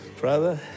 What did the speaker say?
Brother